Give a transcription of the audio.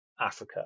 Africa